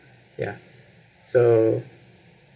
ya so